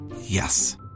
Yes